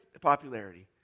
popularity